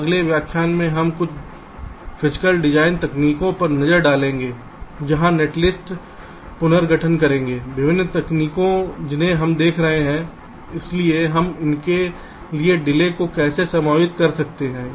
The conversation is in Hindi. अगले व्याख्यान में हम कुछ अन्य भौतिक डिज़ाइन तकनीकों पर नज़र डालेंगे जहाँ नेटलिस्ट पुनर्गठन करेंगे विभिन्न तकनीकें जिन्हें हम देख रहे हैं इसलिए हम इसके लिए देरी को कैसे समायोजित कर सकते हैं